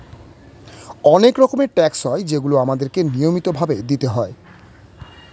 অনেক রকমের ট্যাক্স হয় যেগুলো আমাদেরকে নিয়মিত ভাবে দিতে হয়